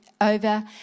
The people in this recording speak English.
over